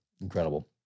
Incredible